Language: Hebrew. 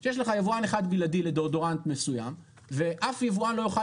יש לך יבואן אחד בלעדי לדאודורנט מסוים ואף יבואן לא יוכל